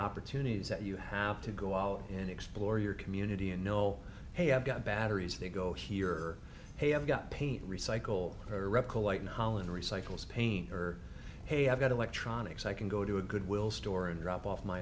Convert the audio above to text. opportunities that you have to go out and explore your community and know hey i've got batteries to go here have got paint recycle heretical like in holland recycle spain or hey i've got electronics i can go to a goodwill store and drop off my